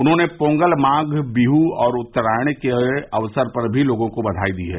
उन्होंने पोंगल माघ बिहु और उत्तरायण के अक्सर पर भी लोगों को बधाई दी है